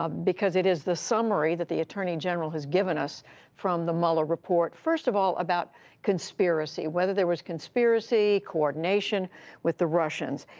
ah because it is the summary that the attorney general has given us from the mueller report. first of all, about conspiracy, whether there was conspiracy, coordination with the russians,